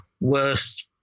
Worst